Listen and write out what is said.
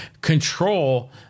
control